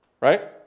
right